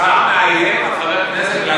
שר מאיים על חבר כנסת,